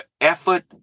effort